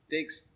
takes